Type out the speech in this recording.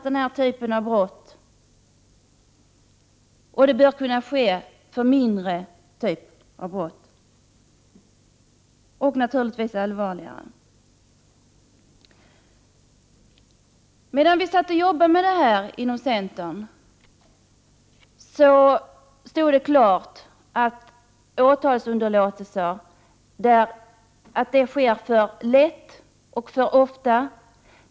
Den här typen av brott bör kunna behandlas snabbt, och det gäller såväl mindre brott som allvarligare brott. När vi inom centerpartiet arbetade med denna fråga stod det klart för oss att åtalsunderlåtelse sker alltför lätt och alltför ofta.